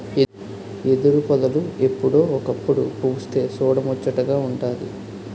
ఎదురుపొదలు ఎప్పుడో ఒకప్పుడు పుస్తె సూడముచ్చటగా వుంటాది